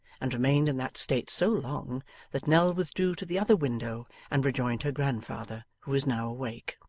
and remained in that state so long that nell withdrew to the other window and rejoined her grandfather, who was now awake.